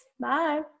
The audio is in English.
Bye